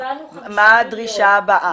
מה הדרישה הבאה,